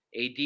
AD